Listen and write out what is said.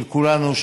של כולנו,